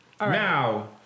Now